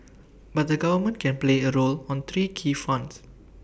but the government can play A role on three key fronts